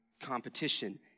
competition